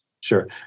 Sure